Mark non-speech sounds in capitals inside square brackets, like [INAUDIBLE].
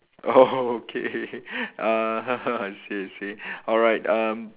oh [LAUGHS] okay [LAUGHS] uh [LAUGHS] I see I see alright um